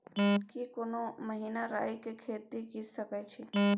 की कोनो महिना राई के खेती के सकैछी?